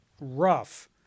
rough